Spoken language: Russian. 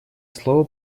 слово